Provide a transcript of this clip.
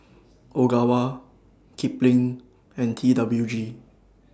Ogawa Kipling and T W G